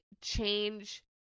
change